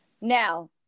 Now